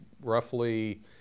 roughly